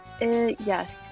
Yes